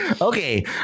Okay